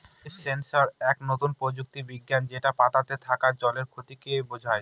leaf sensor এক নতুন প্রযুক্তি বিজ্ঞান যেটা পাতাতে থাকা জলের ক্ষতিকে বোঝায়